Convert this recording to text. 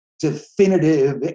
definitive